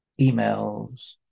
emails